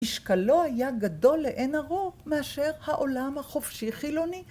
‫משקלו היה גדול לעין ערוך ‫מאשר העולם החופשי-חילוני.